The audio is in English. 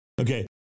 Okay